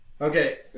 okay